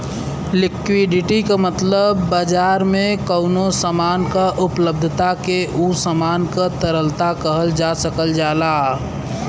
liquidity क मतलब बाजार में कउनो सामान क उपलब्धता के उ सामान क तरलता कहल जा सकल जाला